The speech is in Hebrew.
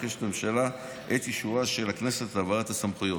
מבקשת הממשלה את אישורה של הכנסת להעברת הסמכויות.